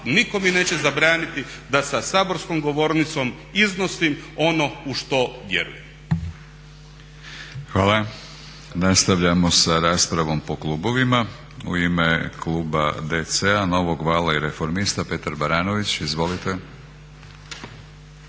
nitko mi neće zabraniti da za saborskom govornicom iznosim ono u što vjerujem.